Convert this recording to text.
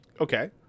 Okay